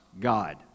God